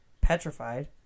petrified